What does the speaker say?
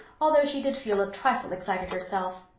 although she did feel a trifle excited herself.